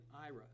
Ira